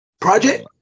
Project